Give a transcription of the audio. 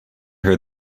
her